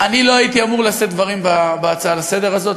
אני לא הייתי אמור לשאת דברים בהצעה לסדר-היום הזאת,